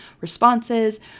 responses